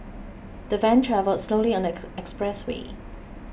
the van travelled slowly on the expressway